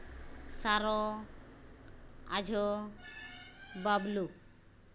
ᱥᱟᱨᱚ ᱟᱡᱷᱚ ᱵᱟᱵᱽᱞᱩ